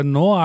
no